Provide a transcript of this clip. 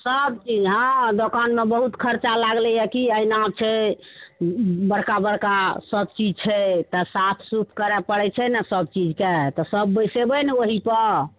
सब चीज हँ दोकानमे बहुत खर्चा लागलैये की आइना छै बड़का बड़का सब चीज छै तऽ साफ सुथरा करय पड़य छै ने सब चीजके तऽ सब बैसेबे ने ओहीपर